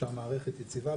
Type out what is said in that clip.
שהמערכת יציבה.